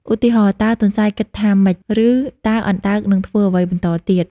ឧទាហរណ៍ តើទន្សាយគិតថាម៉េច? ឬ តើអណ្ដើកនឹងធ្វើអ្វីបន្តទៀត?។